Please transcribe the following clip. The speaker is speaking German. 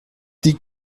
die